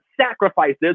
sacrifices